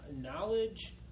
Knowledge